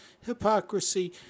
hypocrisy